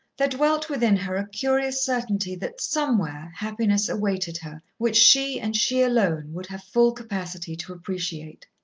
there dwelt within her a curious certainty that, somewhere, happiness awaited her, which she, and she alone, would have full capacity to appreciate.